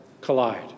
collide